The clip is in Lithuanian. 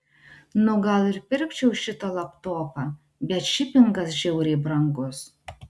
nu gal ir pirkčiau šitą laptopą bet šipingas žiauriai brangus